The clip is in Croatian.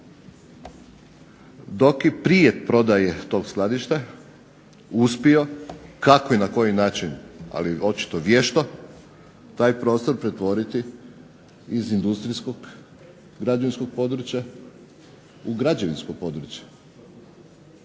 Dioki prije prodaje tog skladišta uspio, kako i na koji način ali očito vješto, taj prostor pretvoriti iz industrijskog građevinskog područja u građevinsko područje.